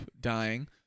dying